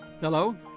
Hello